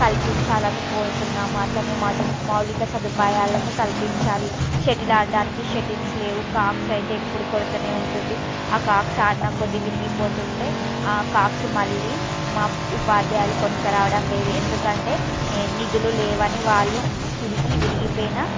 కల్పించాలని కోరుతున్నాము అట్ల మాది మౌలిక సదుపాయాలను కల్పించాలి షటిల్ ఆడటానికి షటిల్స్ లేవు కాక్స్ అయితే ఎప్పుడు కొరత ఉంటుంది ఆ కాక్స్ ఆడిన కొద్ది విరిగిపోతు ఉంటాయి ఆ కాక్స్ మళ్ళీ మా ఉపాధ్యాయులు కొనుక్కరావడం లేదు ఎందుకంటే నె నిధులు లేవని వాళ్ళు తిరిగి విరిగిపోయిన